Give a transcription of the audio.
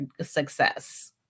success